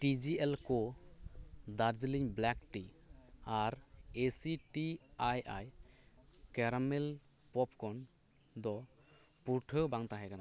T G L ᱠᱳ Darjeeling black tea ᱟᱨ ᱮ ᱥᱤ ᱴᱤ ᱟᱭᱟᱭ ᱠᱮᱨᱟᱢᱮᱞ ᱯᱚᱯᱠᱚᱨᱱ ᱫᱚ ᱯᱩᱨᱴᱷᱟᱹ ᱵᱟᱝ ᱛᱟᱦᱮᱸ ᱠᱟᱱᱟ